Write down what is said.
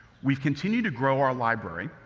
we've continued to grow our library,